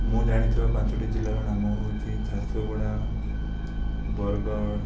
ମୁଁ ଜାଣିଥିବା ପାଞ୍ଚୋଟି ଜିଲ୍ଲାର ନାମ ହେଉଛି ଝାରସୁଗୁଡ଼ା ବରଗଡ଼